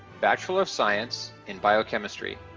bachelor of science in biochemistry.